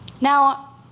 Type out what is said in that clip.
Now